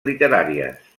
literàries